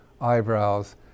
eyebrows